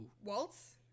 Waltz